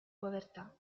povertà